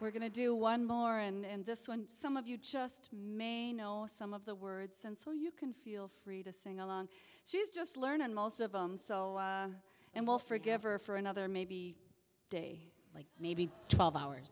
we're going to do one more and this one some of you just may know some of the words and so you can feel free to sing along she's just learned and most of them so and will forgive her for another maybe day like maybe twelve hours